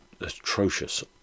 atrocious